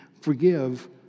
forgive